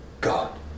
God